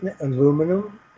aluminum